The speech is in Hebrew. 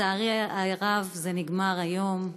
לצערי הרב זה נגמר היום,